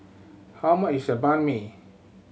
how much is the Banh Mi